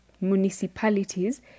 municipalities